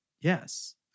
yes